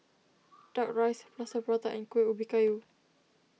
Kuck Rice Plaster Prata and Kuih Ubi Kayu